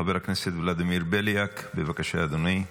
חבר הכנסת ולדימיר בליאק, בבקשה, אדוני,